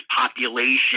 population